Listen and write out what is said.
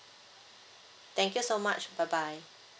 thank you so much bye bye